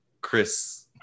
Chris